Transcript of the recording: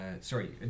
sorry